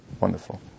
Wonderful